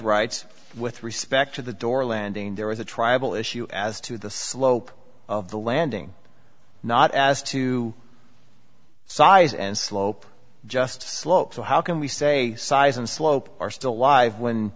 writes with respect to the door landing there was a tribal issue as to the slope of the landing not as to size and slope just slope so how can we say size and slope are still alive when